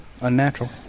Unnatural